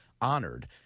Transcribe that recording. honored